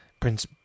Prince